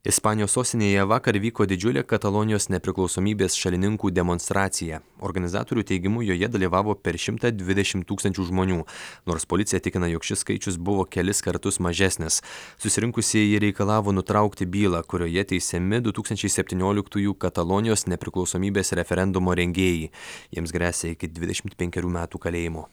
ispanijos sostinėje vakar įvyko didžiulė katalonijos nepriklausomybės šalininkų demonstracija organizatorių teigimu joje dalyvavo per šimtą dvidešimt tūkstančių žmonių nors policija tikina jog šis skaičius buvo kelis kartus mažesnis susirinkusieji reikalavo nutraukti bylą kurioje teisiami du tūkstančiai septynioliktųjų katalonijos nepriklausomybės referendumo rengėjai jiems gresia iki dvidešimt penkerių metų kalėjimo